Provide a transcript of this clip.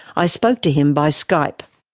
i spoke to him by skype.